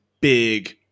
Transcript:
big